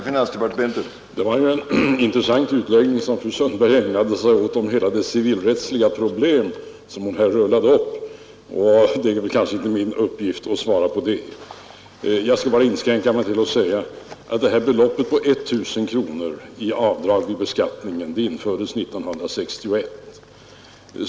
Herr talman! Det var ju en intressant utläggning som fru Sundberg gjorde om hela det civilrättsliga problem som hon här rullade upp, och det är väl inte min uppgift att svara på det. Jag skall inskränka mig till att säga, att beloppet på 1 000 kronor i avdrag vid beskattningen infördes 1966.